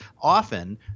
often